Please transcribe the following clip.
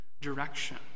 direction